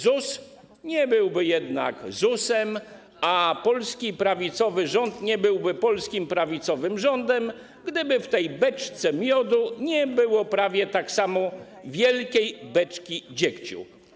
ZUS nie byłby jednak ZUS-em, a polski prawicowy rząd nie byłby polskim prawicowym rządem, gdyby w tej beczce miodu nie było prawie tak samo wielkiej beczki dziegciu.